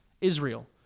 Israel